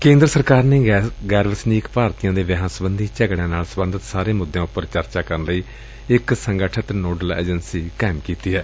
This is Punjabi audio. ਕੇਂਦਰ ਸਰਕਾਰ ਨੇ ਗੈਰ ਵਸਨੀਕ ਭਾਰਤੀਆਂ ਦੇ ਵਿਆਹਾਂ ਸਬੰਧੀ ਝਗੜਿਆਂ ਨਾਲ ਸਬੰਧਤ ਸਾਰੇ ਮੁੱਦਿਆਂ ਉਪਰ ਚਰਚਾ ਕਰਨ ਲਈ ਇਕ ਸੰਗਠਤ ਨੋਡਲ ਏਜੰਸੀ ਕਾਇਮ ਕੀਤੀ ਏ